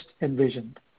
envisioned